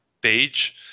page